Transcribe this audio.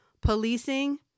policing